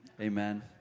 Amen